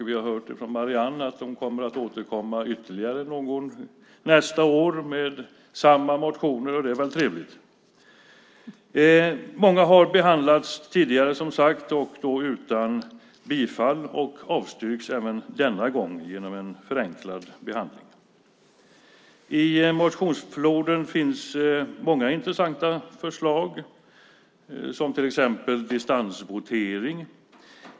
Vi har hört från Marianne att de kommer att återkomma ytterligare någon gång nästa år med samma motioner, och det är väl trevligt. Många har som sagts behandlats tidigare, och då utan bifall. De avstyrks även denna gång genom en förenklad behandling. I motionsfloden finns många intressanta förslag, till exempel distansvotering.